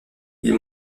ils